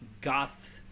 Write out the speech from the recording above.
goth